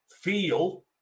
feel